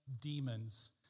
demons